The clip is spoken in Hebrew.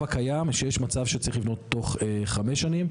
מזהה כשיש כשל שוק בתמחור של הסיכון.